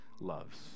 loves